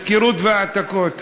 הפקרות והעתקות.